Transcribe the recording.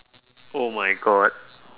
oh my god